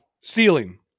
Ceiling